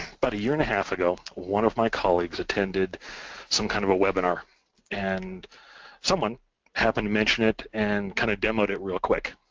but a year and half ago, one of my colleagues attended some kind of a webinar and someone happened to mention it and kind of demoed it real quick,